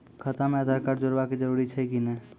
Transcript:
खाता म आधार कार्ड जोड़वा के जरूरी छै कि नैय?